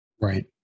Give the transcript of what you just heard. Right